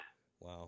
Wow